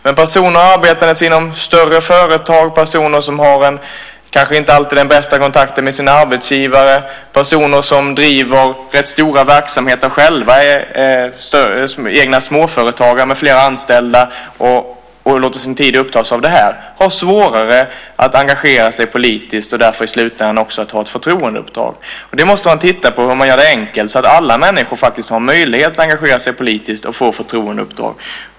Men personer arbetandes inom större företag, personer som kanske inte alltid har den bästa kontakten med sin arbetsgivare, personer som driver rätt stora verksamheter själva, är egna småföretagare med flera anställda har svårare att engagera sig politiskt och därför i slutändan också att ha ett förtroendeuppdrag. Vi måste titta på hur vi kan göra det enkelt för människor så att de faktiskt har möjlighet att engagera sig politiskt och få förtroendeuppdrag.